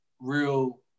real